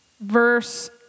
Verse